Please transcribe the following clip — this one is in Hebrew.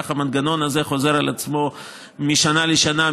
ככה המנגנון הזה חוזר על עצמו משנה לשנה,